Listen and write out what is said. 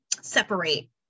separate